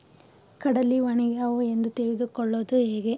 ಕಡಲಿ ಒಣಗ್ಯಾವು ಎಂದು ತಿಳಿದು ಕೊಳ್ಳೋದು ಹೇಗೆ?